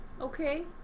Okay